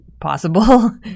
possible